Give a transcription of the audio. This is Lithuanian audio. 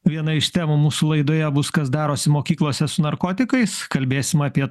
viena iš temų mūsų laidoje bus kas darosi mokyklose su narkotikais kalbėsim apie